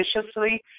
viciously